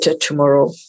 tomorrow